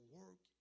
work